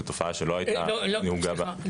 זו תופעה שלא הייתה נהוגה ב --- סליחה,